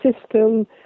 system